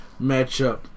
matchup